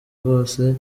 rwose